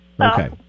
Okay